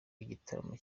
igitaramo